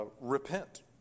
repent